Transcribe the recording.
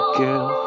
girl